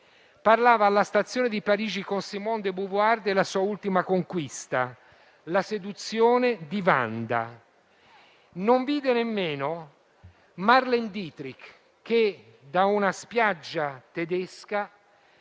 parlava alla stazione di Parigi con Simone De Beauvoir della sua ultima conquista, la seduzione di Wanda. Non vide nemmeno Marlene Dietrich che, da una spiaggia tedesca,